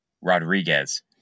Rodriguez